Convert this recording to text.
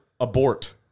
abort